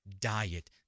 diet